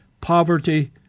poverty